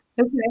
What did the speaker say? Okay